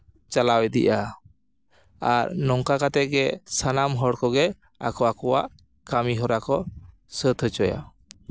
ᱪᱟᱞᱟᱣ ᱤᱫᱤᱜᱼᱟ ᱟᱨ ᱱᱚᱝᱠᱟ ᱠᱟᱛᱮᱫ ᱜᱮ ᱥᱟᱱᱟᱢ ᱦᱚᱲ ᱠᱚᱜᱮ ᱟᱠᱚ ᱟᱠᱚᱣᱟᱜ ᱠᱟᱹᱢᱤᱦᱚᱨᱟ ᱠᱚ ᱥᱟᱹᱛ ᱦᱚᱪᱚᱭᱟ